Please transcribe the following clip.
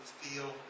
feel